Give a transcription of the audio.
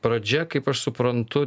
pradžia kaip aš suprantu